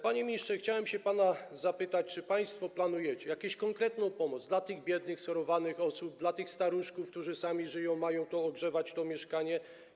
Panie ministrze, chciałem pana zapytać, czy państwo planujecie jakąś konkretną pomoc dla tych biednych, schorowanych osób, dla tych staruszków, którzy sami żyją i mają ogrzewać mieszkanie.